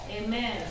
Amen